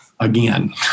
Again